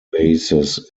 bases